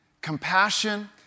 Compassion